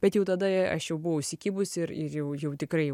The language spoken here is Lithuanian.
bet jau tada aš jau buvo įsikibusi ir ir jau jų tikrai jau